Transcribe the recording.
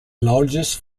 largest